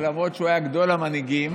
למרות שהוא היה גדול המנהיגים